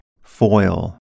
foil